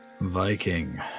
Viking